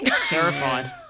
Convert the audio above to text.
terrified